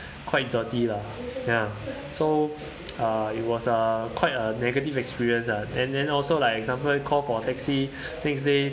quite dirty lah ya so uh it was uh quite a negative experiences lah and then also like example call for taxi next day